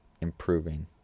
improving